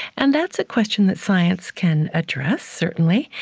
and that's a question that science can address, certainly,